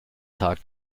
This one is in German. tag